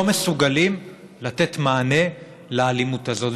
הם לא מסוגלים לתת מענה לאלימות הזאת.